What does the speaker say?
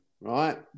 right